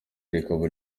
rikaba